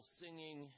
singing